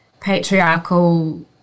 patriarchal